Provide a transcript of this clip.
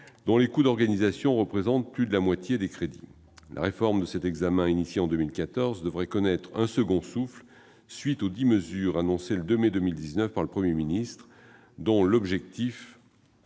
dont les coûts d'organisation représentent plus de la moitié des crédits. La réforme de cet examen, lancée en 2014, devrait connaître un second souffle grâce aux dix mesures annoncées le 2 mai 2019 par le Premier ministre, dont l'objectif